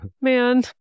Man